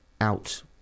out